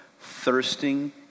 thirsting